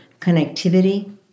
connectivity